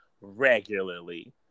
regularly